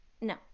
No